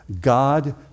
God